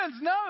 No